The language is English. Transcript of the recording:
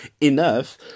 enough